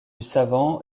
savant